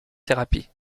thérapie